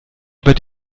über